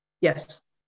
Yes